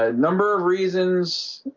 ah number of reasons